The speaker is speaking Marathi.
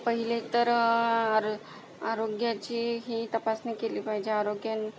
पहिले तर आर आरोग्याचीही तपासणी केली पाहिजे आरोग्यां